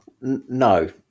No